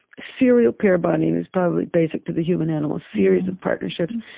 serial pair-bonding is probably basic to the human animal, series of partnerships.